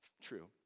true